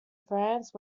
france